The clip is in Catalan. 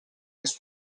més